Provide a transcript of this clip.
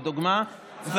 לדוגמה,